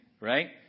Right